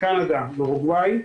קנדה ואורוגואי,